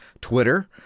Twitter